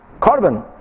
carbon